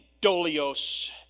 dolios